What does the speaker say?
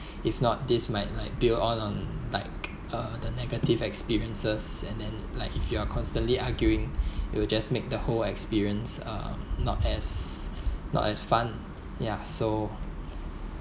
if not this might like bill on on like uh the negative experiences and then like if you are constantly arguing it will just make the whole experience uh not as not as fun ya so